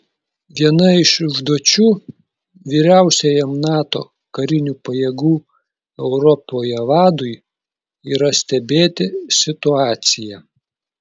viena iš užduočių vyriausiajam nato karinių pajėgų europoje vadui yra stebėti situaciją